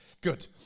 Good